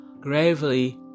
gravely